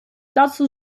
dazu